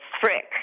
Frick